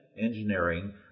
engineering